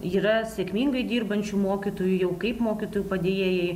yra sėkmingai dirbančių mokytojų jau kaip mokytojų padėjėjai